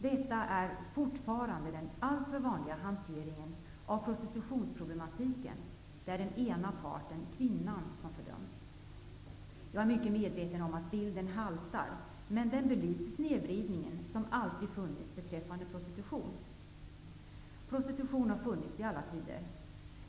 Detta är fortfarande den alltför vanliga hanteringen av prostitutionsproblematiken. Det är den ena parten, kvinnan, som fördöms. Jag är mycket medveten om att bilden haltar, men den belyser snedvridningen som alltid funnits när det gäller prostitution. Prostitution har funnits i alla tider.